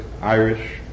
Irish